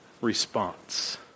response